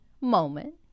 moment